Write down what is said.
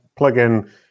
plugin